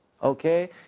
Okay